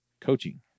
coaching